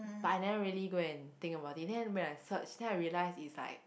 but I never really go and think about it then when I search then I realise is like